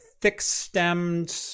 thick-stemmed